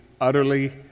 utterly